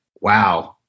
wow